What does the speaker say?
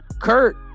Kurt